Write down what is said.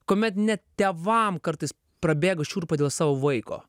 kuomet net tėvam kartais prabėga šiurpa dėl savo vaiko